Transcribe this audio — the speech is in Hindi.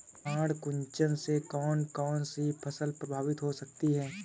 पर्ण कुंचन से कौन कौन सी फसल प्रभावित हो सकती है?